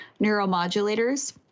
neuromodulators